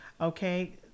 okay